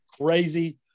crazy